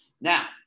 Now